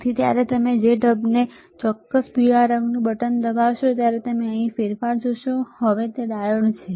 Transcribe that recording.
તેથી જ્યારે તમે ઢબને આ ચોક્કસ પીળા રંગનું બટન દબાવશો ત્યારે તમે અહીં ફેરફાર જોશો હવે તે ડાયોડ છે